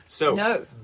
No